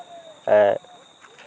ᱮᱸᱜ